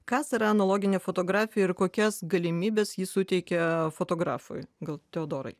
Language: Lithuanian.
kas yra analoginė fotografija ir kokias galimybes jis suteikia fotografui gal teodorai